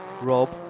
rob